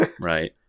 Right